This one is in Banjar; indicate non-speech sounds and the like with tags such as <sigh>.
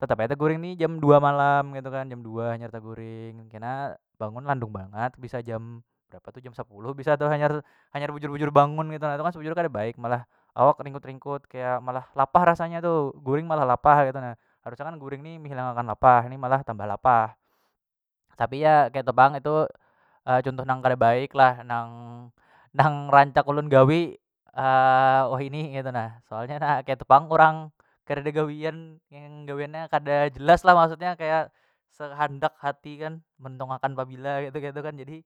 Tetap ai teguring ni jam dua malam kaitu kan jam dua hanyar taguring kena bangun landung bangat, bisa jam jam berapa tu jam sapuluh bisa tu hanyar- hanyar bujur- bujur bangun ketu na tu kan sebujurnya kada baik malah awak ringkut- ringkut kaya malah lapah rasanya tu guring malah lapah ketu na, harusnya kan guring ni mehilang akan lapah ni malah tambah lapah tapi ya ketu pang itu <hesitation> contoh nang kada baik lah nang- nang rancak ulun gawi <hesitation> wahini ketu nah soalnya na ketu pang kurang karida gawian yang gawiannya kada jelas lah maksudnya kaya sehandak hati kan mendong akan pabila ketu- ketu kan jadi